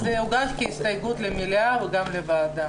הנושא הזה הוגש כהסתייגות לוועדה ולמליאה.